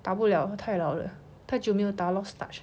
打不 liao 太老了太久没有打 lost touch